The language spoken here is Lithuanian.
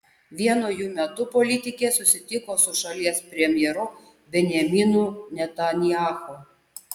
vieno jų metu politikė susitiko su šalies premjeru benjaminu netanyahu